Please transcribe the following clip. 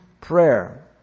prayer